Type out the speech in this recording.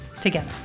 together